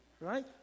Right